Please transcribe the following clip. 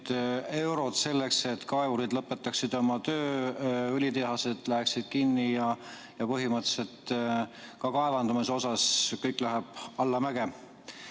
eurot selleks, et kaevurid lõpetaksid oma töö, õlitehased läheksid kinni, ja põhimõtteliselt ka kaevandamises läheb kõik allamäge.